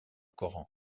coran